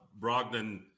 Brogdon